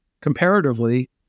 comparatively